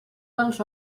dels